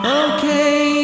okay